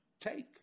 take